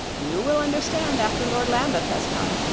you will understand after lord lambeth has come,